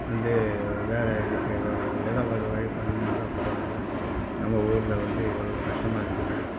வந்து வேறு இதுக்கு எதோ ஒரு வழி பண்ணாக்கா பரவா இல்ல நம்ம ஊரில் வந்து இவ்வளோ கஷ்டமாக இருக்குதுங்க